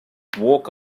walk